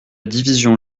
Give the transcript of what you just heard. division